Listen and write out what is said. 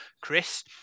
Chris